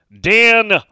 Dan